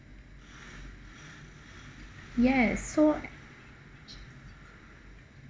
yes so